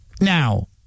Now